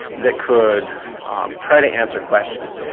that could try to answer questions,